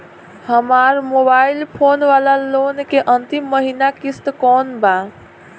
हमार mobile phone वाला loan के अंतिम महिना किश्त कौन बा?